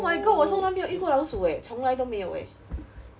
oh my god 我从来没有遇过老鼠 eh 从来都没有 leh